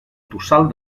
tossal